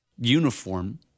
uniform